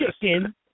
chicken